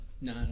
No